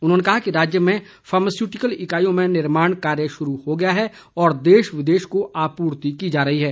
उन्होंने कहा कि राज्य में फार्मास्यूटिकल इकाईयों में निर्माण कार्य शुरू हो गया है और देश विदेश को आपूर्ति की जा रही है